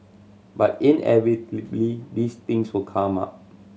but inevitably these things will come up